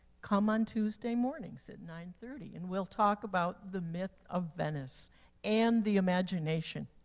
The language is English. come on tuesday mornings at nine thirty, and we'll talk about the myth of venice and the imagination.